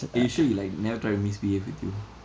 eh you sure he like never try and misbehave with you